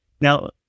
Now